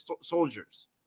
soldiers